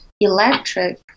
electric